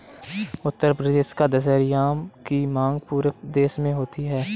उत्तर प्रदेश का दशहरी आम की मांग पूरे देश में होती है